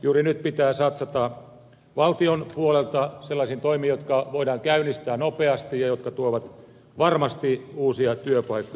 juuri nyt pitää satsata valtion puolelta sellaisiin toimiin jotka voidaan käynnistää nopeasti ja jotka tuovat varmasti uusia työpaikkoja